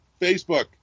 Facebook